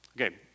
Okay